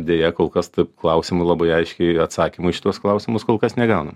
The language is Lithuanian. deja kol kas taip klausimui labai aiškiai atsakymų į šituos klausimus kol kas negaunam